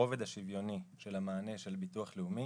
הרובד השוויוני של מענה הביטוח הלאומי